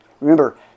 Remember